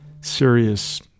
serious